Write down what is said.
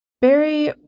Barry